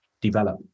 develop